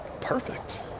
Perfect